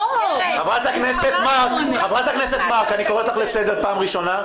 חברת הכנסת מארק, אני קורא אותך לסדר פעם ראשונה.